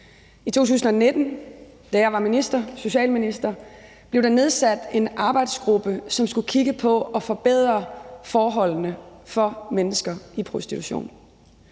I 2019, da jeg var socialminister, blev der nedsat en arbejdsgruppe, som skulle kigge på at forbedre forholdene for mennesker i prostitution.